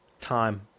Time